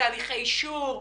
תהליכי אישור,